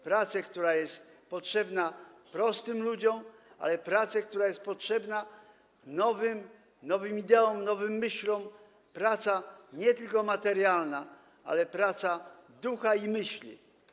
Pracę, która jest potrzebna prostym ludziom, ale także pracę, która jest potrzebna nowym ideom, nowym myślom, pracę nie tylko materialną, ale pracę ducha i myśli.